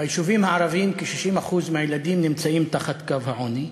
ביישובים הערביים כ-60% מהילדים נמצאים מתחת לקו העוני.